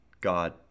God